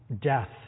death